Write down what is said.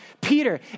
Peter